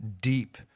deep